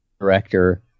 director